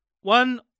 one